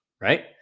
right